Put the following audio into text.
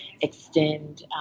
extend